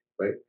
Right